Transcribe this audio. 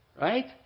right